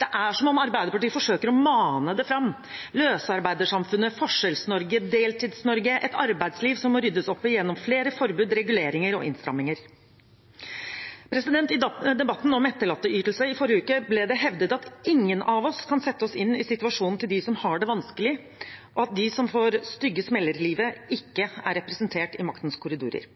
Det er som om Arbeiderpartiet forsøker å mane det fram – løsarbeidersamfunnet, Forskjells-Norge, Deltids-Norge, et arbeidsliv som må ryddes opp i gjennom flere forbud, reguleringer og innstramminger. I debatten om etterlatteytelser i forrige uke ble det hevdet at ingen av oss kan sette oss inn i situasjonen til dem som har det vanskelig, og at de som får stygge smeller i livet, ikke er representert i maktens korridorer.